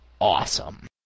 awesome